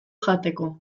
jateko